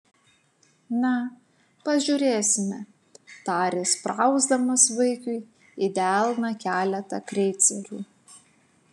na pažiūrėsime tarė sprausdamas vaikiui į delną keletą kreicerių